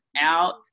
out